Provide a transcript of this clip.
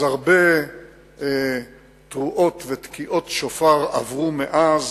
אז הרבה תרועות ותקיעות שופר עברו מאז,